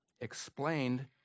explained